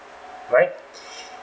right